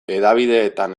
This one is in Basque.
hedabideetan